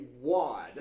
wad